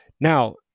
Now